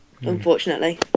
unfortunately